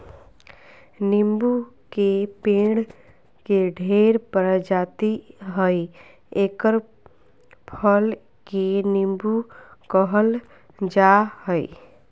नीबू के पेड़ के ढेर प्रजाति हइ एकर फल के नीबू कहल जा हइ